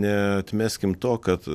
neatmeskim to kad